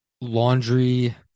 laundry